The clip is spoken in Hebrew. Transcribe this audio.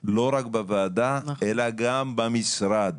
לא רק בוועדה אלא גם במשרד,